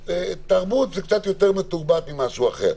שתרבות זה קצת יותר מתורבת ממשהו אחר.